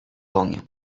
koniu